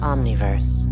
Omniverse